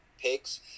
pigs